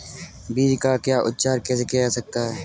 बीज का उपचार कैसे किया जा सकता है?